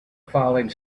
falling